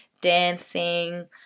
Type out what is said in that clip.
Dancing